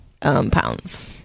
pounds